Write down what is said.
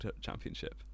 championship